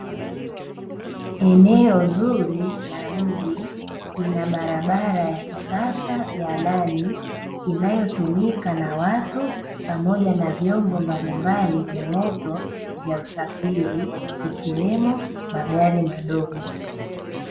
Eneo zuri la mji ina barabara ya kisasa ya lami, inayotumika na watu pamoja na vyombo mbalimbali vya moto vya usafiri ikiwemo magari madogo.